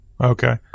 Okay